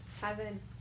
heaven